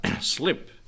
slip